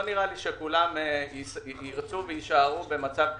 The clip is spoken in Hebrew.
לא נראה לי שכולם ירצו ויישארו במצב כזה.